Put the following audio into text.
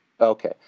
Okay